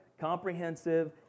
comprehensive